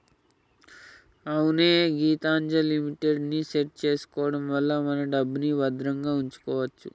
అవునే గీతాంజలిమిట్ ని సెట్ చేసుకోవడం వల్ల మన డబ్బుని భద్రంగా ఉంచుకోవచ్చు